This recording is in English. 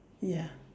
ya